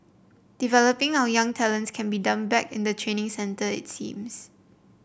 developing our young talents can be done back in the training centre it seems